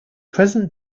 present